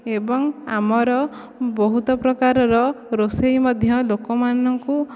ଏବଂ ଆମର ବହୁତ ପ୍ରକାରର ରୋଷେଇ ମଧ୍ୟ ଲୋକମାନଙ୍କୁ